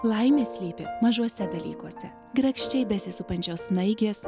laimė slypi mažuose dalykuose grakščiai besisupančios snaigės